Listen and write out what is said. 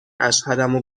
اشهدمو